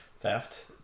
Theft